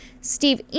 Steve